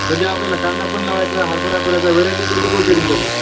सध्या आपल्याला कांदा पण लावायचा हरभरा करायचा आहे वेरायटी कोणती कोणती आहे तुमच्याकडे